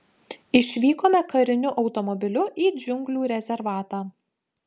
išvykome kariniu automobiliu į džiunglių rezervatą